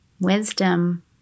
wisdom